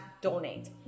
donate